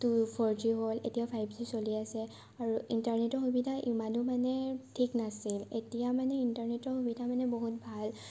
two four G হ'ল এতিয়া five G চলি আছে আৰু ইণ্টাৰনেটৰ সুবিধা ইমানো মানে ঠিক নাছিল এতিয়া মানে ইণ্টাৰনেটৰ সুবিধা মানে বহুত ভাল